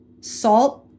salt